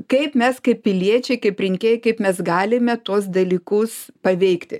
kaip mes kaip piliečiai kaip rinkėjai kaip mes galime tuos dalykus paveikti